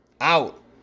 out